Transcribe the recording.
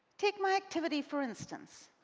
take my activity, for instance,